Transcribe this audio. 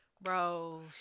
Bro